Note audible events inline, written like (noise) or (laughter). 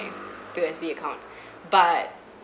P_O_S_B account (breath) but